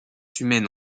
humaine